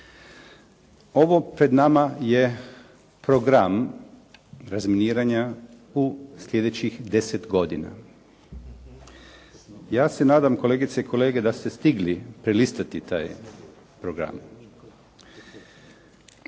Ovo pred nama je program razminiranja u slijedećih 10 godina. Ja se nadam, kolegice i kolege, da ste stigli prelistati taj program.